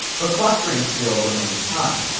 but clustering still remains high.